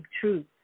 truth